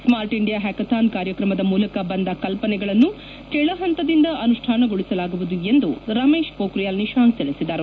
smart India hackathon ಕಾರ್ಯಕ್ರಮದ ಮೂಲಕ ಬಂದ ಕಲ್ಪನೆಗಳನ್ನು ಕೆಳ ಹಂತದಿಂದ ಅನುಷ್ಣಾನಗೊಳಿಸಲಾಗುವುದು ಎಂದು ರಮೇಶ್ ಪೊಕ್ರಿಯಾಲ್ ನಿಶಾಂಕ್ ತಿಳಿಸಿದರು